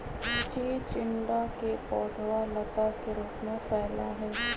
चिचिंडा के पौधवा लता के रूप में फैला हई